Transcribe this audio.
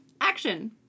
Action